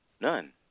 None